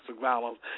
violence